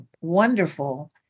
wonderful